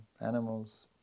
animals